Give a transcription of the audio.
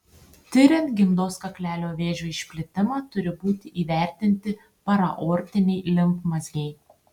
tiriant gimdos kaklelio vėžio išplitimą turi būti įvertinti paraaortiniai limfmazgiai